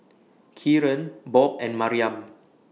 Kieran Bob and Maryam